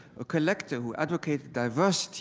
a collector who advocated diversity